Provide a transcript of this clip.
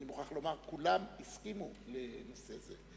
ואני מוכרח לומר שכולם הסכימו לנושא זה,